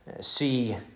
see